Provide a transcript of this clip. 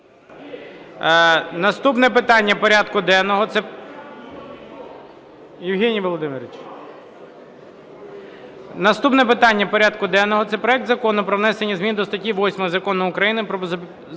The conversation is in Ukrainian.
Наступне питання порядку денного – це проект Закону про внесення змін до статті 8 Закону України "Про забезпечення